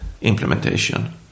implementation